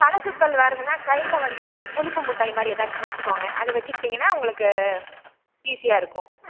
தலை சுற்றல் வருதுன்னால் கையில் வந்து ஒரு புளிப்பு மிட்டாய் மாதிரி ஏதாச்சும் வச்சுக்கோங்க அதை வச்சுக்கிட்டிங்கனா உங்களுக்கு ஈஸியாக இருக்கும்